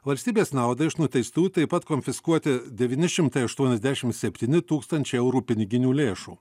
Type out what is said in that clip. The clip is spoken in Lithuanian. valstybės naudai iš nuteistųjų taip pat konfiskuoti devyni šimtai aštuoniasdešim septyni tūkstančiai eurų piniginių lėšų